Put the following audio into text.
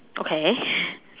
okay